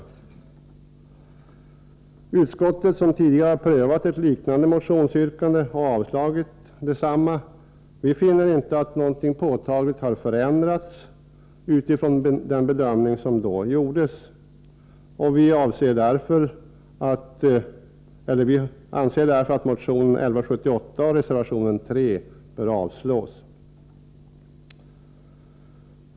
Försvarsutskottet, som tidigare har prövat ett liknande motionsyrkande och avstyrkt detsamma, finner inte att det har skett någon påtaglig förändring som gör att den tidigare bedömningen inte bör gälla. Vi anser därför att motion 1178 och reservation 3 bör avslås.